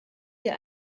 dir